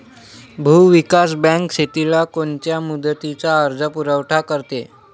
भूविकास बँक शेतीला कोनच्या मुदतीचा कर्जपुरवठा करते?